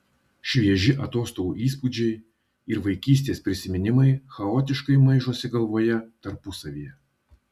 švieži atostogų įspūdžiai ir vaikystės prisiminimai chaotiškai maišosi galvoje tarpusavyje